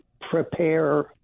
prepare